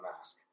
mask